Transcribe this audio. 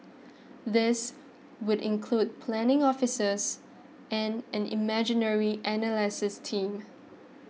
these would include planning officers and an imagery analysis team